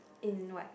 in what